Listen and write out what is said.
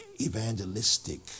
evangelistic